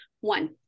one